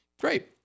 Great